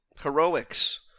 heroics